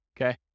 okay